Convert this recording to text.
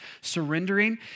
surrendering